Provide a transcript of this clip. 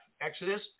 Exodus